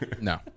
No